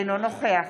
אינו נוכח